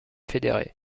fédérés